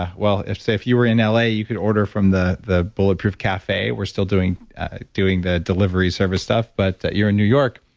ah well, if so if you were in la, you could order from the the bulletproof cafe, we're still doing doing the delivery service stuff. but you're in new york,